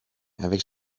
avec